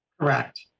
Correct